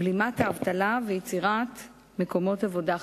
בלימת האבטלה ויצירת מקומות עבודה חדשים.